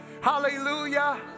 Hallelujah